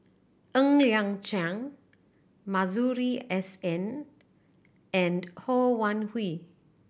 Ng Liang Chiang Masuri S N and Ho Wan Hui